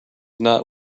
not